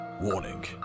Warning